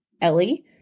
ellie